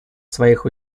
своих